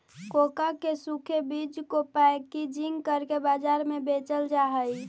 cocoa के सूखे बीज को पैकेजिंग करके बाजार में बेचल जा हई